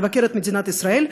לבקר במדינת ישראל.